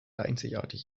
einzigartig